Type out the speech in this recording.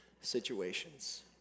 situations